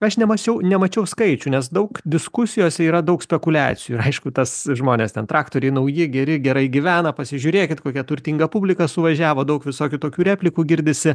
aš nemačiau nemačiau skaičių nes daug diskusijose yra daug spekuliacijų ir aišku tas žmonės ten traktoriai nauji geri gerai gyvena pasižiūrėkit kokia turtinga publika suvažiavo daug visokių tokių replikų girdisi